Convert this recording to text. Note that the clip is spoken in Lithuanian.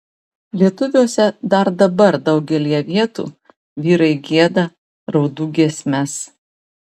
lietuviuose dar dabar daugelyje vietų vyrai gieda raudų giesmes